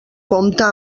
compta